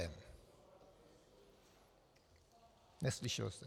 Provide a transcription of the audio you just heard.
Neslyšel jsem.